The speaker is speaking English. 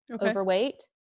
overweight